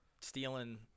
stealing